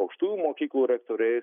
aukštųjų mokyklų rektoriai